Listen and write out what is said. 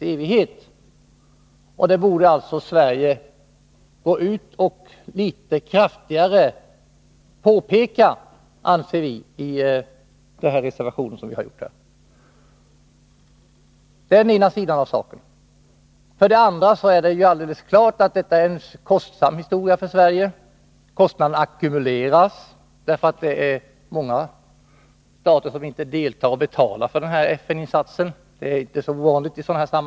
I reservationen framhåller vi att Sverige litet kraftigare borde påpeka denna risk. Det är den ena sidan av saken. Dessutom är det ju alldeles klart att det är kostsamt för Sverige. Kostnaderna ackumuleras, eftersom många stater inte deltar när det gäller den här FN-insatsen.